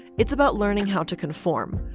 it's about learning how to conform.